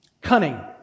cunning